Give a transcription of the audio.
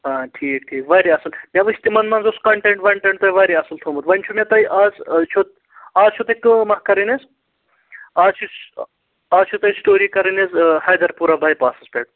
آ ٹھیٖک ٹھیٖک واریاہ اَصٕل مےٚ وٕچھ تِمَن منٛز اوس کَنٹنٛٹ وَنٹنٛٹ تۄہہِ واریاہ اَصٕل تھومُت ونۍ چھُ مےٚ تۄہہِ آز چھُ آز چھُو تۄہہِ کٲم اَکھ کَرٕنۍ حظ آز چھِ آز چھِو تۄہہِ سٹوری کَرٕنۍ حظ حیدَر پوٗرہ باے پاسَس پٮ۪ٹھ